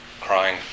crying